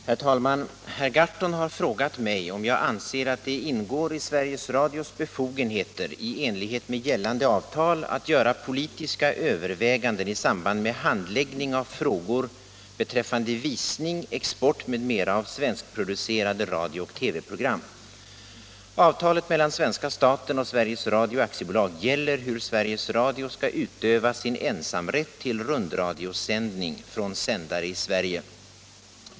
Herr talman! Herr Gahrton har frågat mig om jag anser att det ingår i Sveriges Radios befogenheter i enlighet med gällande avtal att göra politiska överväganden i samband med handläggning av frågor beträffande visning, export m.m. av svenskproducerade radiooch TV-program. Avtalet mellan svenska staten och Sveriges Radio aktiebolag gäller hur Sveriges Radio skall utöva sin ensamrätt till rundradiosändning från sändare i Sverige.